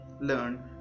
learn